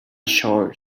choir